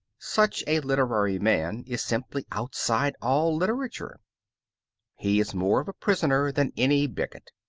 such a literary man is simply outside all literature he is more of a prisoner than any bigot.